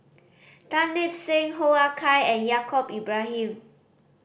Tan Lip Seng Hoo Ah Kay and Yaacob Ibrahim